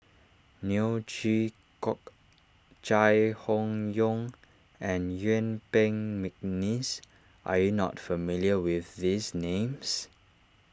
Neo Chwee Kok Chai Hon Yoong and Yuen Peng McNeice are you not familiar with these names